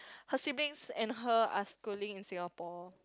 her siblings and her are schooling in Singapore